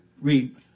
read